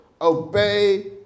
obey